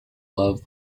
love